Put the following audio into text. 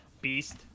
beast